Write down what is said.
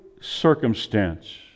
circumstance